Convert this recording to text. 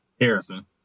Harrison